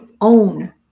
own